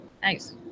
Thanks